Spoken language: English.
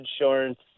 insurance